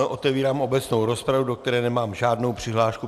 Otevírám obecnou rozpravu, do které nemám žádnou přihlášku.